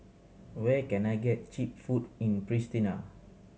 where can I get cheap food in Pristina